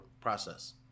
process